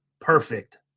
perfect